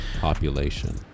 population